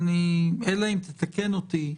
אלא אם תתקן אותי.